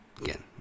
again